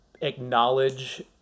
acknowledge